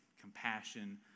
compassion